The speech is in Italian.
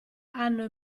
hanno